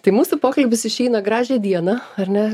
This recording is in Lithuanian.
tai mūsų pokalbis išeina gražią dieną ar ne